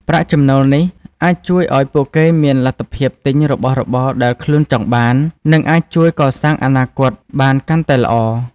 ប្រាក់ចំណូលនេះអាចជួយឱ្យពួកគេមានលទ្ធភាពទិញរបស់របរដែលខ្លួនចង់បាន និងអាចជួយកសាងអនាគតបានកាន់តែល្អ។